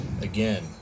Again